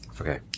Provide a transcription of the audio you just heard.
Okay